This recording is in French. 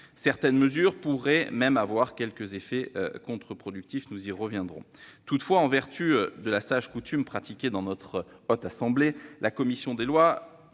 Certaines mesures pourraient même avoir des effets contre-productifs-nous y reviendrons. Toutefois, en vertu de la sage coutume pratiquée dans notre assemblée, la commission des lois